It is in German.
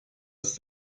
ist